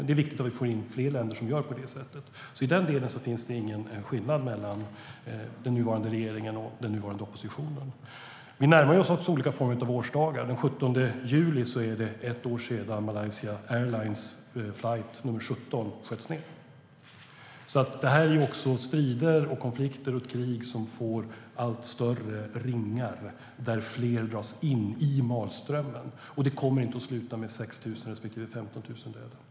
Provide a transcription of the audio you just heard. Det är viktigt att fler länder gör så. I den delen finns ingen skillnad mellan den nuvarande regeringen och den nuvarande oppositionen. Vi närmar oss också olika former av årsdagar. Den 17 juli är det ett år sedan Malaysia Airlines flight 17 sköts ned. Det är fråga om strider, konflikter och krig som får allt större ringar där fler dras in i malströmmen. Det kommer inte att sluta med 6 000 respektive 15 000 döda.